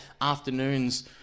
afternoons